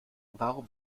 warum